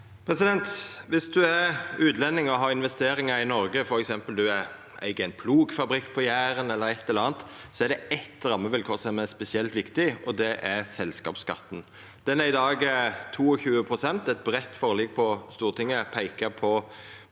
Viss ein er utlending og har investeringar i Noreg, f.eks. eig ein plogfabrikk på Jæren eller eit eller anna, er det eitt rammevilkår som er spesielt viktig, og det er selskapsskatten. Den er i dag på 22 pst. Eit breitt forlik på Stortinget peiker på